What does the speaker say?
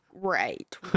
right